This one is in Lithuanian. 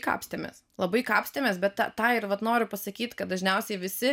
kapstėmės labai kapstėmės bet tą tą ir vat noriu pasakyt kad dažniausiai visi